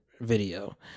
video